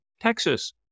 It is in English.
Texas